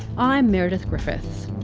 i'm meredith griffithsyou